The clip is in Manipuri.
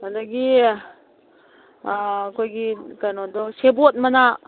ꯑꯗꯒꯤ ꯑꯩꯈꯣꯏꯒꯤ ꯀꯩꯅꯣꯗꯣ ꯁꯦꯕꯣꯠ ꯃꯅꯥ